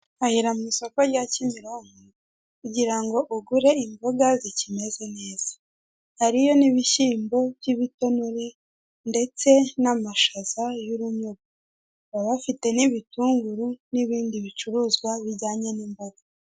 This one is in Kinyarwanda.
Hahira mu isoko rya Kimironko kugira ngo ugure imboga zikimeze neza. Hariyo n'ibishyimbo by'ibitonore ndetse n'amashaza y'urunyogwe, baba bafite n'ibitunguru, n'ibindi bicuruzwa bijyanye n'imboga.